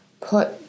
put